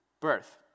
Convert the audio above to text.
birth